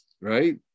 right